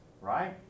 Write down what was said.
Right